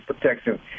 protection